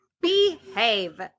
behave